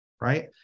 right